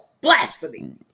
blasphemy